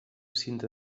cinta